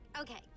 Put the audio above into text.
Okay